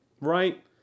right